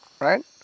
right